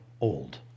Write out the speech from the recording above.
old